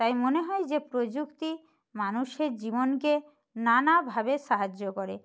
তাই মনে হয় যে প্রযুক্তি মানুষের জীবনকে নানাভাবে সাহায্য করে